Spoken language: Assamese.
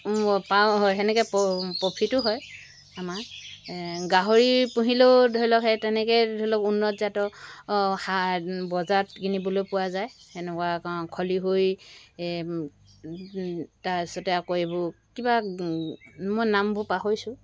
পাওঁ সেনেকৈ পফিটো হয় আমাৰ গাহৰি পুহিলেই ধৰিলওক সেই তেনেকৈ ধৰিলওক উন্নত জাতৰ হাঁহ বজাৰত কিনিবলৈ পোৱা যায় সেনকা খলিহৈ তাৰপিছতে আকৌ এইবোৰ কিবা মই নামবোৰ পাহৰিছোঁ